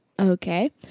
okay